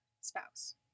spouse